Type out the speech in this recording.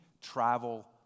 travel